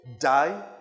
die